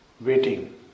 waiting